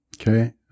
Okay